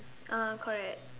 ah correct